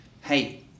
hey